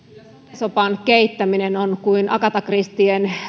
sopan keittäminen on kuin agatha christien